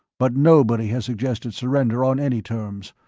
but nobody has suggested surrender on any terms.